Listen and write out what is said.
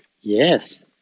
Yes